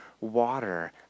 water